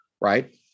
right